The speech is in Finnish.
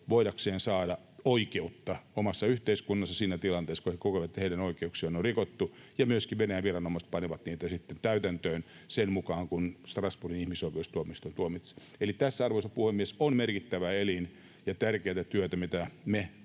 voidakseen saada oikeutta omassa yhteiskunnassaan siinä tilanteessa, kun he kokevat, että heidän oikeuksiaan on rikottu, ja myöskin Venäjän viranomaiset panevat niitä sitten täytäntöön sitä mukaa kuin Strasbourgin ihmisoikeustuomioistuin tuomitsee. Eli tässä, arvoisa puhemies, on merkittävä elin ja tärkeätä työtä, mitä ne